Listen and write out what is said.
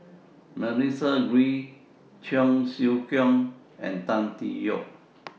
Melissa Kwee Cheong Siew Keong and Tan Tee Yoke